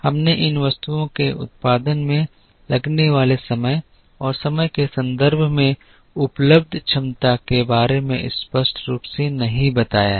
हमने इन वस्तुओं के उत्पादन में लगने वाले समय और समय के संदर्भ में उपलब्ध क्षमता के बारे में स्पष्ट रूप से नहीं बताया है